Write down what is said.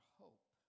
hope